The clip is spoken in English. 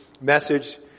message